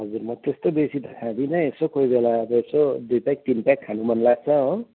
हजुर म त्यस्तो बेसी त खाँदिनँ यसो कोही बेला अब यसो दुई प्याक तिन प्याक खानु मनलाग्छ हो